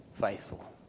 faithful